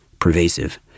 pervasive